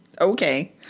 Okay